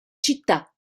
città